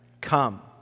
come